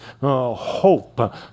hope